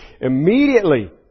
Immediately